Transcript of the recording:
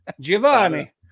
Giovanni